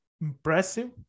impressive